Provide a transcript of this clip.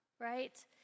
right